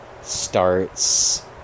starts